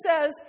says